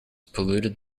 polluted